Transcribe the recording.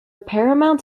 paramount